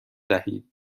دهید